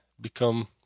become